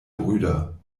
brüder